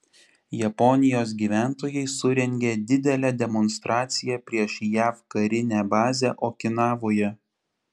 japonijos gyventojai surengė didelę demonstraciją prieš jav karinę bazę okinavoje